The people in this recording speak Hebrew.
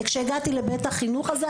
כשהגעתי לבית החינוך הזה,